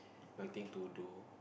nothing to do